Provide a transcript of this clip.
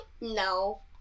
No